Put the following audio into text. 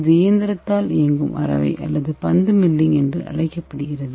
இது இயந்திரத்தால் இயங்கும் அரைவை அல்லது பந்து மில்லிங் என்று அழைக்கப்படுகிறது